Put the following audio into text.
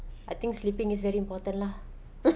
I think sleeping is very important lah